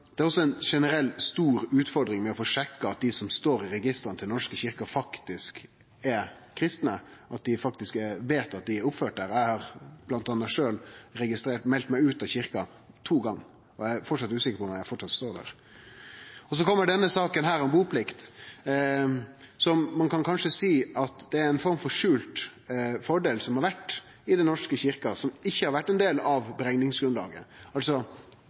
Det er også ei generell, stor utfordring å få sjekka at dei som står i registret til Den norske kyrkja, faktisk er kristne, at dei faktisk veit at dei er oppførte der. Eg har sjølv meldt meg ut av Kyrkja to gonger, og eg er usikker på om eg framleis står der. Så kjem denne saka om buplikt, som ein kanskje kan si har vore ein skjult fordel i Den norske kyrkja, og som ikkje har vore ein del av berekningsgrunnlaget. Altså